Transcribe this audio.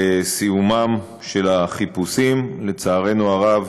לסיומם של החיפושים, לצערנו הרב,